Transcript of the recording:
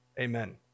Amen